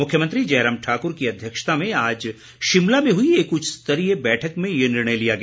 मुख्यमंत्री जयराम ठाक्र की अध्यक्षता में आज शिमला में हई एक उच्च स्तरीय बैठक में ये निर्णय लिया गया